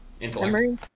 Memory